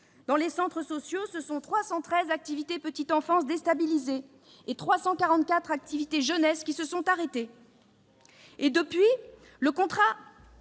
Dans les centres sociaux, ce sont 313 activités « petite enfance » qui ont été déstabilisées et 344 activités « jeunesse » qui se sont arrêtées. Depuis, le contrat